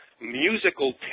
musical